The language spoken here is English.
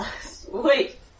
Sweet